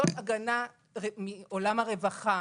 זאת הגנה מעולם הרווחה,